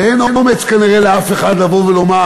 ואין אומץ כנראה לאף אחד לבוא ולומר: